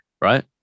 right